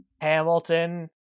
Hamilton